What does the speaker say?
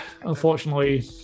Unfortunately